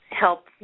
help